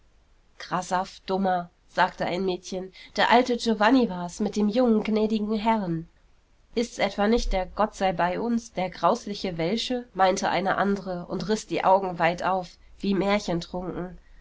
grasaff dummer sagte ein mädchen der alte giovanni war's mit dem jungen gnädigen herrn ist's etwa nicht der gottseibeiuns der grausliche welsche meinte eine andere und riß die augen weit auf wie